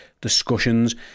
discussions